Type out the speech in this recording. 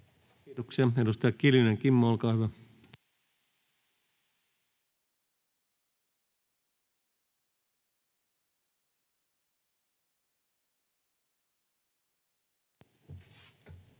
Kiitoksia. — Edustaja Kiljunen, Kimmo, olkaa hyvä.